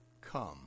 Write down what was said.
come